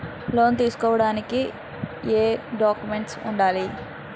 Loan తీసుకోడానికి ఏయే documents వుండాలి?